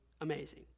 amazing